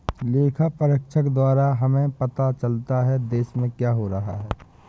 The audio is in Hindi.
लेखा परीक्षक द्वारा हमें पता चलता हैं, देश में क्या हो रहा हैं?